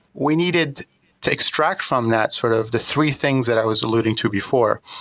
we needed to extract from that sort of the three things that i was eluding to before,